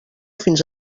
fins